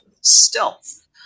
stealth